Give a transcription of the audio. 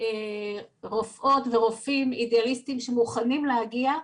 רופאות ורופאים אידיאליסטיים שמוכנים להגיע.